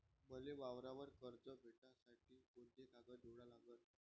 मले वावरावर कर्ज भेटासाठी कोंते कागद जोडा लागन?